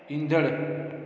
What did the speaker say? ईंदड़